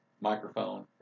microphone